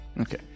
Okay